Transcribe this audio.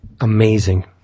Amazing